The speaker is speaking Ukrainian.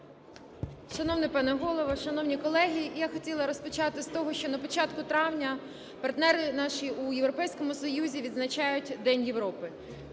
Шановний пане Голово! Шановні колеги! Я хотіла розпочати з того, що на початку травня партнери наші у Європейському Союзі відзначають День Європи.